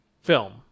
film